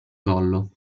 collo